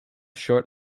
short